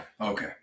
Okay